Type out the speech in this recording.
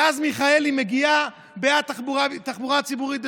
ואז מיכאלי מגיעה בעד תחבורה ציבורית בשבת,